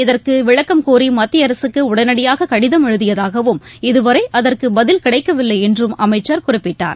இதற்கு விளக்கம் கோரி மத்திய அரசுக்கு உடனடியாக கடிதம் எழுதியதாகவும் இதுவரை அகுற்கு பதில் கிடைக்கவில்லை என்றும் அமைச்சர் குறிப்பிட்டார்